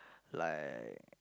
like